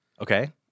Okay